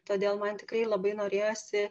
todėl man tikrai labai norėjosi